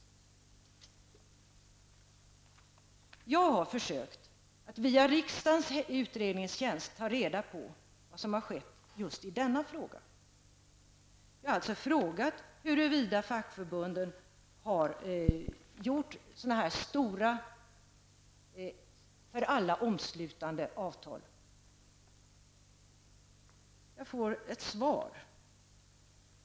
Jag har försökt att via riksdagens utredningstjänst få reda på vad som har skett i just denna fråga. Jag har alltså frågat huruvida fackförbunden har träffat omfattande och alla omslutande avtal av det här slaget.